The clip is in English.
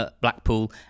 Blackpool